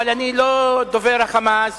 אבל אני לא דובר ה"חמאס",